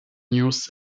news